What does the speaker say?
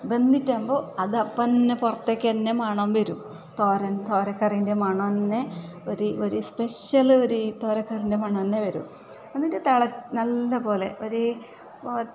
വെന്തിട്ടാകുമ്പോൾ അത് അപ്പം തന്നെ പുറത്തേക്ക് തന്നെ മണം വെരും തോരൻ തോരക്കറീൻ്റെ മണം എന്നത് ഒര് ഒര് സ്പെഷ്യൽ ഒരു തോരക്കറീൻ്റെ മണം തന്നെ വരും എന്നിട്ട് തിള നല്ലപോലെ ഒര്